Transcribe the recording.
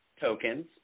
tokens